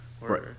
Right